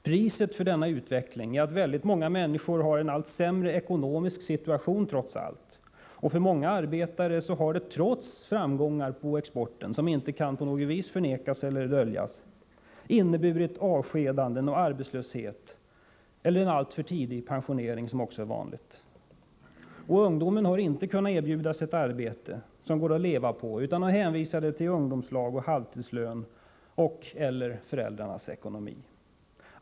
Priset för denna utveckling är att väldigt många människor ändå har en allt sämre ekonomisk situation, och för många arbetare har det, trots framgångar när det gäller exporten, som på intet sätt kan förnekas eller döljas, inneburit avskedanden och arbetslöshet eller en alltför tidig pensionering, något som också är vanligt. Ungdomen har inte kunnat erbjudas arbete som går att leva på utan är hänvisade till ungdomslag och halvtidslön och/eller föräldrarnas ekonomi.